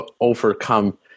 overcome